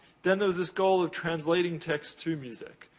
then, there was this goal of translating text to music.